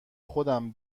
خودم